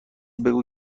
بگو